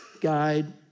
guide